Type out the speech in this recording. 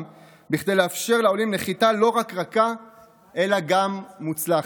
כדי לאפשר לעולים לא רק נחיתה רכה אלא גם מוצלחת.